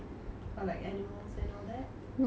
oh what other pets you like what about rabbits